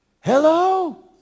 Hello